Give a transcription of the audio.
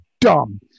dumb